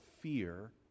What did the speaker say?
fear